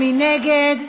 מי נגד?